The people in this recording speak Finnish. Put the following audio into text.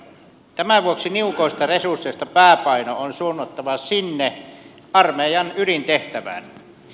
tämän vuoksi niukoista resursseista pääpaino on suunnattava sinne armeijan ydintehtävään